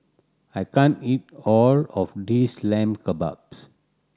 I can't eat all of this Lamb Kebabs